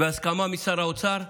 והסכמה משר האוצר,